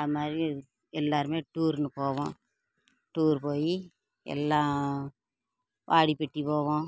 அதை மாதிரி எல்லோருமே டூர்னு போவோம் டூர் போய் எல்லாம் வாடிப்பட்டி போவோம்